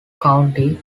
county